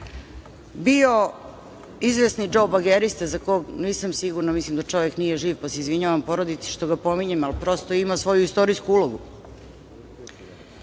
bio izvesni Džo bagerista, za koga nisam sigurna, mislim da čovek nije živ, pa se izvinjavam porodici što ga pominjem, ali prosto je imao svoju istorijsku ulogu,